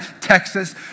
Texas